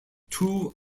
two